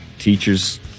Teachers